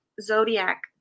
zodiac